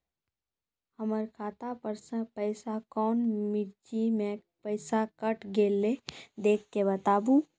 हमर खाता पर से पैसा कौन मिर्ची मे पैसा कैट गेलौ देख के बताबू?